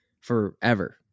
forever